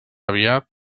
aviat